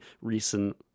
recent